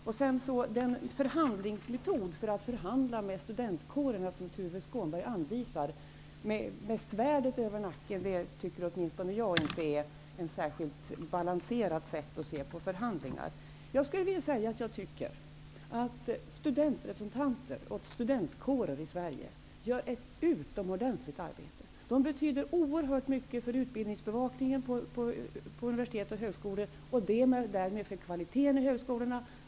Åtminstone jag tycker vidare att den metod som Tuve Skånberg anvisar för att förhandla med studentkårerna, vilka skall ha svärdet över nacken, inte är uttryck för ett balanserat sätt att se på förhandlingar. Jag tycker att studentrepresentanter och studentkårer i Sverige gör ett utomordentligt arbete. De betyder oerhört mycket för utbildningsbevakningen på universitet och högskolor och därmed för kvaliteten på högskolorna.